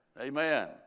Amen